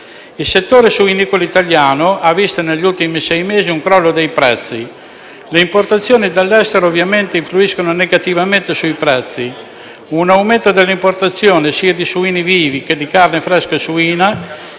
Il settore suinicolo italiano ha visto negli ultimi sei mesi un crollo dei prezzi. Le importazioni dall'estero ovviamente influiscono negativamente sui prezzi. Un aumento delle importazioni sia di suini vivi che di carne fresca suina,